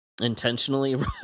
intentionally